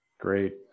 Great